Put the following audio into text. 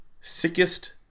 sickest